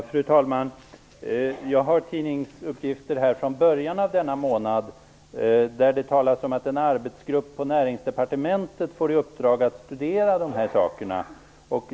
Fru talman! Jag har tidningsuppgifter från början av den här månaden där det talas om att en arbetsgrupp på Näringsdepartementet skall få i uppdrag att studera dessa saker.